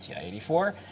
TI-84